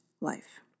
life